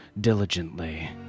diligently